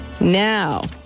Now